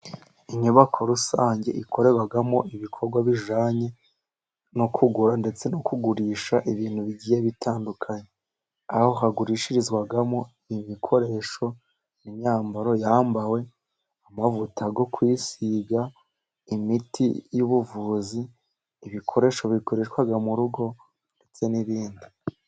Inyubako rusange ikorerwamo ibikorwa bijyananye no kugura ndetse no kugurisha ibintu bigiye bitandukanye aho hagurishirizwamo ibikoresho, imyambaro yambawe, amavuta yo kwiyisiga, imiti y' ubuvuzi, ibikoresho bikoreshwa mu rugo ndetse n' ibindi...